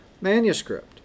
manuscript